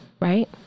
right